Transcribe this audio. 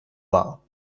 wahr